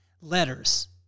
letters